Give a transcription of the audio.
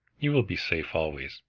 you will be safe always.